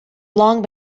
long